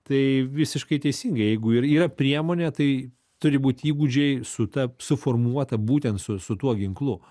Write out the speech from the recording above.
tai visiškai teisingai jeigu ir yra priemonė tai turi būt įgūdžiai sutaps suformuota būtent su su tuo ginklu